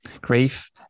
grief